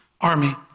Army